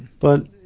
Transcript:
but,